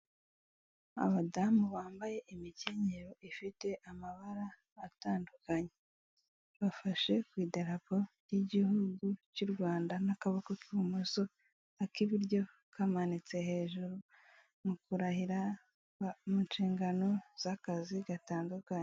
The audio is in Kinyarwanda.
abadamu bambaye imikenyero ifite amabara atandukanye bafashe ku idarapo ry'igihugu cy'u rwanda n'akaboko k'ibumoso ak'ibiburyo kamanitse hejuru mu kurahira mu nshingano z'akazi gatandukanye